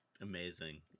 amazing